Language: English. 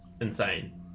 insane